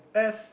as